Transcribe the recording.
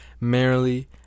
merrily